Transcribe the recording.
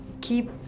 keep